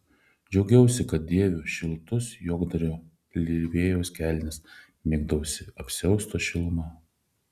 džiaugiausi kad dėviu šiltas juokdario livrėjos kelnes mėgavausi apsiausto šiluma